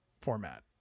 format